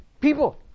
people